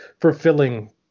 fulfilling